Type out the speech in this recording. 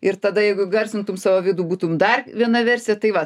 ir tada jeigu garsintum savo vidų būtum dar viena versija tai va